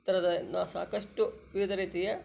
ಥರದ ನಾ ಸಾಕಷ್ಟು ವಿವಿಧ ರೀತಿಯ